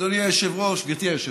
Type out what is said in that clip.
גברתי היושבת-ראש,